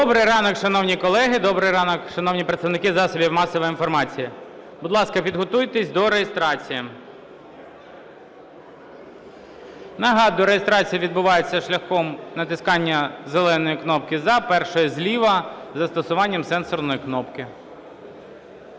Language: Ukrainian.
Добрий ранок, шановні колеги! Добрий ранок, шановні представники засобів масової інформації! Будь ласка, підготуйтесь до реєстрації. Нагадую, реєстрація відбувається шляхом натискання зеленої кнопки "за", першої зліва, із застосуванням сенсорної кнопки.